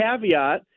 caveat